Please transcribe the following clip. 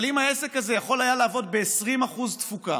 אבל אם העסק הזה יכול היה לעבוד ב-20% תפוקה,